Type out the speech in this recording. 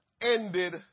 ended